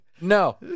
No